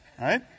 Right